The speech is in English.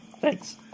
Thanks